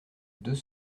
deux